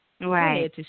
Right